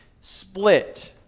split